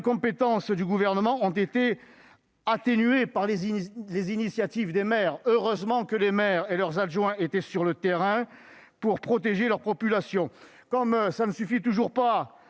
l'incompétence du Gouvernement ont été atténuées par les initiatives des maires. Heureusement que ceux-ci et leurs adjoints étaient sur le terrain pour protéger leur population. Comme il ne suffit toujours pas